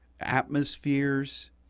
atmospheres